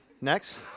Next